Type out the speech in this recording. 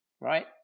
right